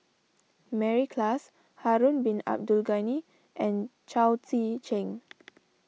Mary Klass Harun Bin Abdul Ghani and Chao Tzee Cheng